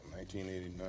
1989